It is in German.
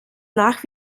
nach